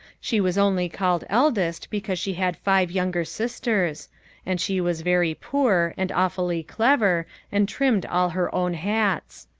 she was only called eldest because she had five younger sisters and she was very poor and awfully clever and trimmed all her own hats.